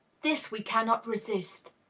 this we cannot resist.